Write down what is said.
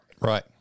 Right